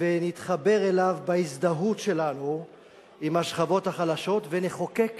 ונתחבר אליו בהזדהות שלנו עם השכבות החלשות ונחוקק